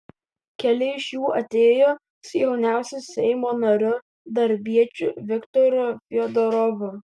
keli iš jų atėjo su jauniausiu seimo nariu darbiečiu viktoru fiodorovu